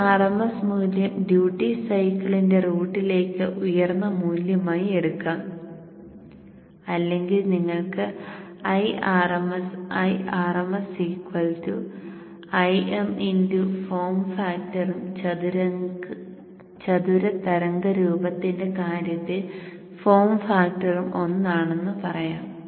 Irms മൂല്യം duty സൈക്കിളിന്റെ റൂട്ടിലേക്ക് ഉയർന്ന മൂല്യമായി എടുക്കാം അല്ലെങ്കിൽ നിങ്ങൾക്ക് IrmsIrms Im x ഫോം ഫാക്ടറും ചതുര തരംഗ രൂപത്തിന്റെ കാര്യത്തിൽ ഫോം ഫാക്ടറും ഒന്നാണെന്ന് പറയാം